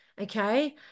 okay